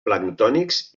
planctònics